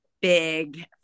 big